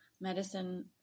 medicine